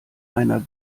einer